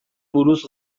buruz